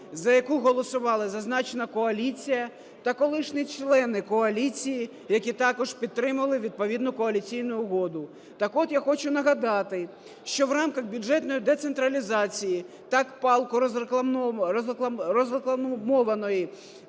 за яку голосували зазначена коаліція та колишні члени коаліції, які також підтримали відповідну коаліційну угоду. Так от, я хочу нагадати, що в рамках бюджетної децентралізації, так палко розрекламованої